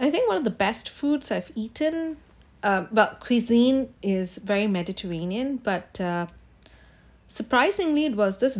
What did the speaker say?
I think one of the best food I've eaten uh but cuisine is very mediterranean but uh surprisingly it was this